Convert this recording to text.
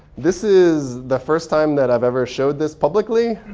this is the first time that i've ever showed this publicly.